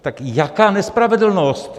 Tak jaká nespravedlnost!